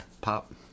pop